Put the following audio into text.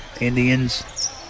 Indians